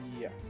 yes